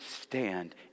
stand